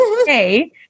okay